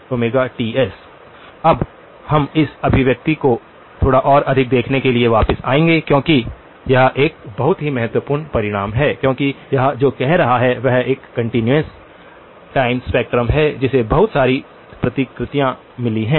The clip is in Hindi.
अब हम इस अभिव्यक्ति को थोड़ा और अधिक देखने के लिए वापस आएंगे क्योंकि यह एक बहुत ही महत्वपूर्ण परिणाम है क्योंकि यह जो कह रहा है वह एक कंटीन्यूअस टाइम स्पेक्ट्रम है जिसे बहुत सारे प्रतिकृतियां मिली हैं